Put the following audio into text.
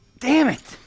damn it! oh,